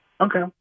Okay